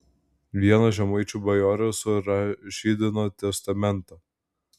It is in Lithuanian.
viena žemaičių bajorė surašydino testamentą